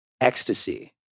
ecstasy